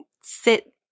sit